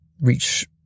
reach